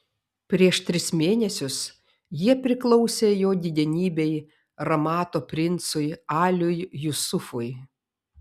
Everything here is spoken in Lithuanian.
prieš tris mėnesius jie priklausė jo didenybei ramato princui aliui jusufui